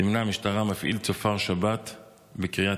זימנה המשטרה מפעיל צופר שבת בקריית